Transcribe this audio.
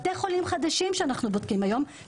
בתי חולים חדשים שמקימים אותם היום,